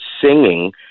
singing